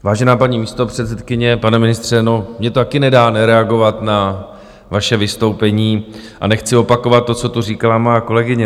Vážená paní místopředsedkyně, pane ministře, no, mně to taky nedá nereagovat na vaše vystoupení a nechci opakovat to, co tu říkala moje kolegyně.